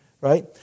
right